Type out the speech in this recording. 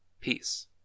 Peace